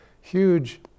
huge